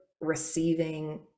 receiving